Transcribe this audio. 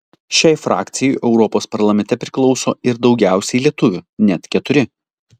šiai frakcijai europos parlamente priklauso ir daugiausiai lietuvių net keturi